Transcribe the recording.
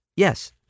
Yes